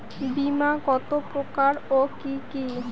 বীমা কত প্রকার ও কি কি?